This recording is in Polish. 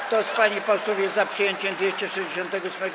Kto z pań i posłów jest za przyjęciem 268.